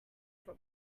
for